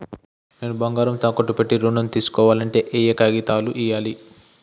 నేను బంగారం తాకట్టు పెట్టి ఋణం తీస్కోవాలంటే ఏయే కాగితాలు ఇయ్యాలి?